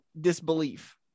disbelief